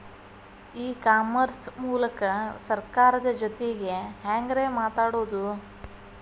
E commerce ಮೂಲಕ ಸರ್ಕಾರದ ಜೊತಿಗೆ ಹ್ಯಾಂಗ್ ರೇ ಮಾತಾಡೋದು?